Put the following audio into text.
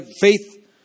faith